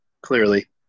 clearly